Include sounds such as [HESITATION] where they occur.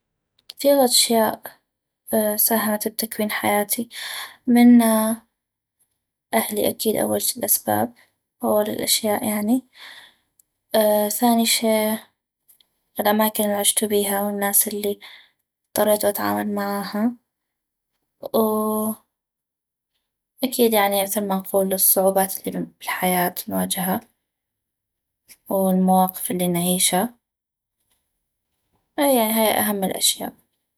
كثيغ أشياء [HESITATION] ساهمت بتكوين حياتي مننا اهلي اكيد اول الأسباب اول الأشياء يعني [HESITATION] ثاني شي الأماكن الي عشتو بيها والناس الي اضطريتو اتعامل معاها [HESITATION] أكيد يعني مثل ما نقول الصعوبات الي بالحياة نواجها والمواقف الي نعيشا اي يعني هاي اهم الأشياء